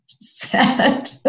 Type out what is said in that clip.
Sad